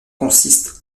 consiste